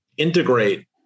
Integrate